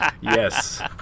yes